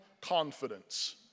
confidence